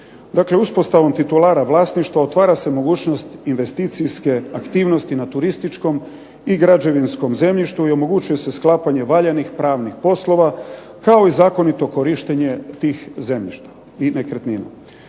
uspostavom titulara vlasništva otvara se mogućnost investicijske aktivnosti na turističkom i građevinskom zemljištu i omogućuje se sklapanje valjanih pravnih poslova kao i zakonito korištenje tih zemljišta i nekretnina.